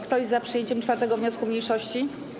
Kto jest za przyjęciem 4. wniosku mniejszości?